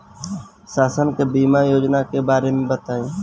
शासन के बीमा योजना के बारे में बताईं?